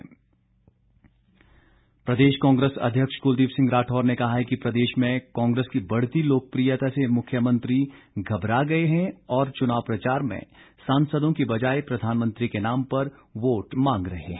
कुलदीप राठौर प्रदेश कांग्रेस अध्यक्ष कुलदीप सिंह राठौर ने कहा है कि प्रदेश में कांग्रेस की बढ़ती लोकप्रियता से मुख्यमंत्री घबरा गए है और चुनाव प्रचार में सांसदों की बजाए प्रधानमंत्री के नाम पर वोट मांग रहें है